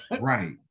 Right